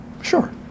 sure